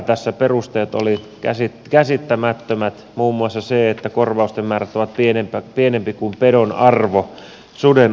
tässä perusteet olivat käsittämättömät muun muassa se että korvausten määrät ovat pienempiä kuin pedon arvo suden arvo